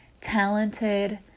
talented